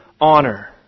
honor